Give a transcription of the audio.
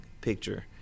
picture